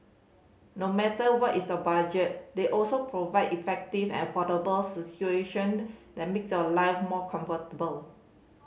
no matter what is your budget they also provide effective and affordable situation that makes your life more comfortable